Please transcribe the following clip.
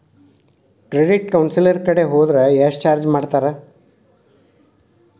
Credit counsellor ಕಡೆ ಹೊದ್ರ ಯೆಷ್ಟ್ ಚಾರ್ಜ್ ಮಾಡ್ತಾರ?